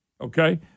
Okay